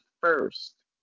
first